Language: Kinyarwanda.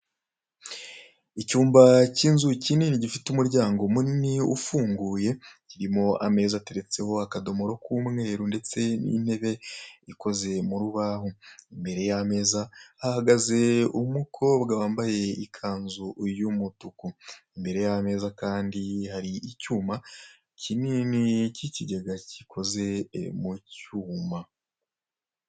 Icyuma k'inzu kinini gifite umuryango munini ufunguye, kirimo ameza ateretse ho akadomoro k'umweru ndetse n'intebe ikoze mu rubaho, imbere y'ameza hahagaze umukobwa wambaye ikanzu y'umutuku, imbere y'ameza kandi, hari icyuma kinini k'iki kega kikoze mu cyuma.